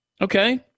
Okay